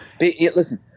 Listen